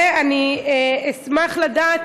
2. אשמח לדעת,